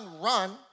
run